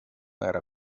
era